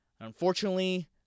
Unfortunately